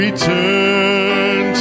Return